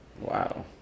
Wow